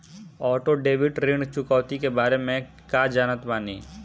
Auto debit ऋण चुकौती के बारे में कया जानत बानी?